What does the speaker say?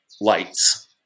lights